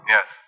Yes